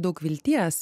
daug vilties